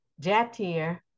Jatir